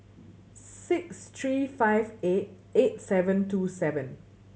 six three five eight eight seven two seven